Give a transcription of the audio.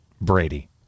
Brady